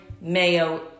Mayo